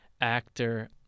actor